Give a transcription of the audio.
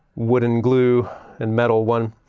wooden, glue and metal one